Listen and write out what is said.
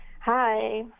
Hi